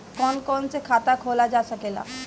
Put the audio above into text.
कौन कौन से खाता खोला जा सके ला?